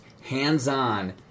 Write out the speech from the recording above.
hands-on